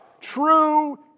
true